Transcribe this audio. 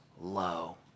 low